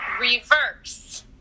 reverse